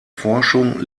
forschung